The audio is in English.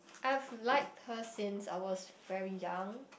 I've liked her since I was very young